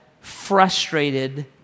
frustrated